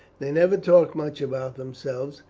they never talk much about themselves,